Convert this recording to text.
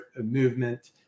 movement